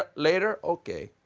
ah later, okay?